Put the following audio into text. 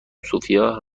سوفیا